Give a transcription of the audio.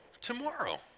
tomorrow